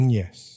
yes